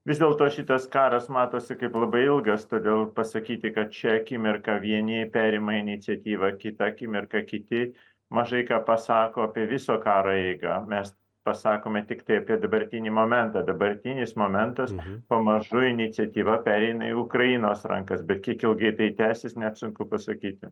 vis dėlto šitas karas matosi kaip labai ilgas todėl pasakyti kad šią akimirką vieni perima iniciatyvą kitą akimirką kiti mažai ką pasako apie viso karo eigą mes pasakome tiktai apie dabartinį momentą dabartinis momentas pamažu iniciatyva pereina į ukrainos rankas bet kiek ilgai tai tęsis net sunku pasakyti